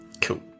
Cool